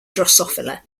drosophila